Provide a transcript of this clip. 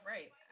Right